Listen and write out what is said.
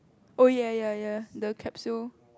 oh ya ya ya the capsule